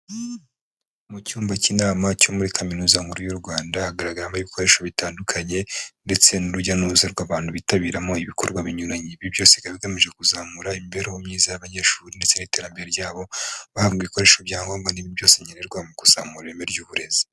Mu cyumba cy'inama cyo muri kaminuza nkuru y'u Rwanda hagaragaramo ibikoresho bitandukanye ndetse n'urujya n'uruza rw'abantu bitabiramo ibikorwa binyuranye, ibyo byose bikaba bigamije kuzamura imibereho myiza y'abanyeshuri ndetse n'iterambere ryabo, bahabwa ibikoresho bya ngombwa nibindi byose nkenerwa mukuzamura ireme ry'uburezi.